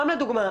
סתם לדוגמה,